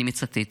אני מצטטת: